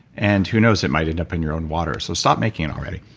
and who knows, it might end up in your own water, so stop making it already